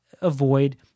avoid